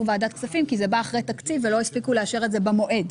ועדת כספים כי זה בא אחרי תקציב ולא הספיקו לאשר את זה במועד.